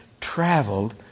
traveled